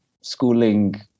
schooling